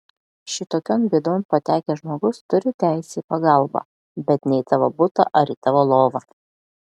šitokion bėdon patekęs žmogus turi teisę į pagalbą bet ne į tavo butą ar į tavo lovą